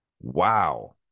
wow